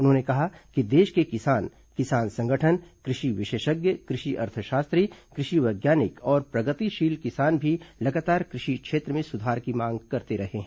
उन्होंने कहा कि देश के किसान किसानों संगठन कृषि विशेषज्ञ कृषि अर्थशास्त्री कृषि वैज्ञानिक और प्रगतिशील किसान भी लगातार कृषि क्षेत्र में सुधार की मांग करते रहे हैं